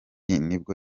nibwo